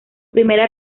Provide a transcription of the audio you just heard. primera